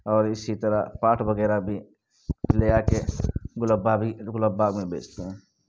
اور اسی طرح پاٹ وغیرہ بھی لے جا کے گلب باغ ہی گلب باغ میں بیچتے ہیں